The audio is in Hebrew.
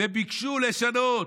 וביקשו לשנות.